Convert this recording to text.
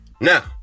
Now